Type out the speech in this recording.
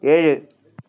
ഏഴ്